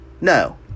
No